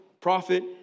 prophet